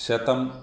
शतम्